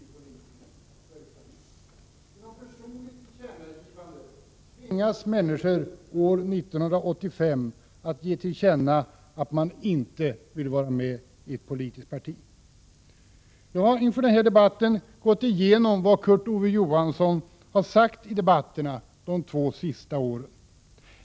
Genom personligt tillkännagivande tvingas människor år 1985 att deklarera att de inte vill vara med i ett politiskt parti. Jag har inför den här debatten gått igenom vad Kurt Ove Johansson har sagt i debatterna de två senaste åren.